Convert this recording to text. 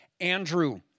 Andrew